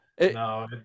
No